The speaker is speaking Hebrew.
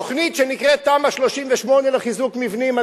תוכנית שנקראת תמ"א 38 לחיזוק מבנים,